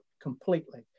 completely